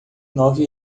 nove